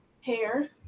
hair